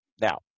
Now